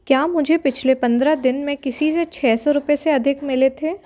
क्या मुझे पिछले पंद्रह दिन में किसी से छः सौ रुपये से अधिक मिले थे